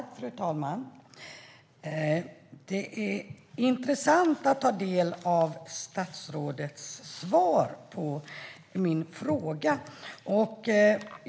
Fru talman! Det är intressant att ta del av statsrådets svar på min fråga.